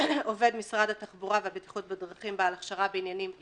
עובד משרד התחבורה והבטיחות בדרכים בעל הכשרה בעניינים ימים,